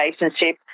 relationship